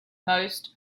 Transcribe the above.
most